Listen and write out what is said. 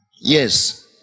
Yes